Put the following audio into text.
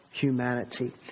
humanity